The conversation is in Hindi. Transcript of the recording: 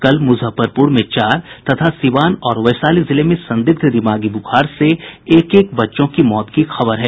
कल मुजफ्फरपुर में चार तथा सीवान और वैशाली जिले में संदिग्ध दिमागी बुखार से एक एक बच्चों की मौत की खबर है